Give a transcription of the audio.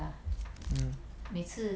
mm